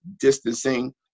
distancing